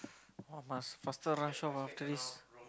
!wah! must faster rush off after this